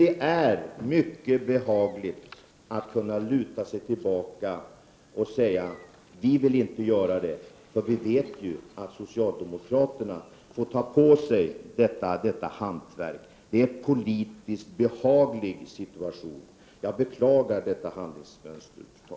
Det är mycket behagligt att kunna luta sig tillbaka och säga till sig själv att man inte vill göra det. Man vet ju att socialdemokraterna får ta på sig detta hantverk. Då får man själv en politiskt behaglig situation. Jag beklagar detta handlingsmönster.